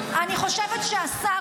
אני חושב שהשר השיב לך מאוד מנומק.